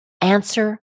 Answer